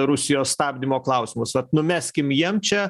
rusijos stabdymo klausimus vat numeskim jiem čia